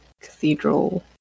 Cathedral